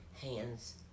hands